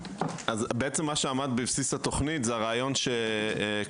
בעצם מה שעמד בבסיס התוכנית הוא הרעיון שכל